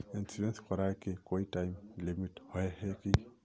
Insurance कराए के कोई टाइम लिमिट होय है की?